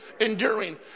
enduring